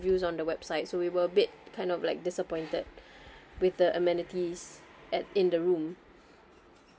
on the website so we were a bit kind of like disappointed with the amenities at in the room